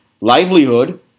livelihood